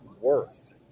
worth